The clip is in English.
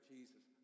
Jesus